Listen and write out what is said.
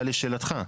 לשאלתך,